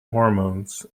hormones